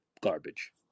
garbage